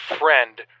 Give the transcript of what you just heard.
friend